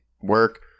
work